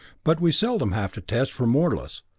but we seldom have to test for morlus,